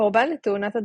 קורבן לתאונת דרכים.